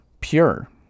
pure